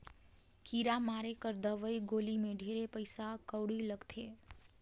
कीरा मारे कर दवई गोली मे ढेरे पइसा कउड़ी लगथे